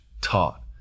taught